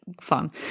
fun